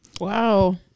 Wow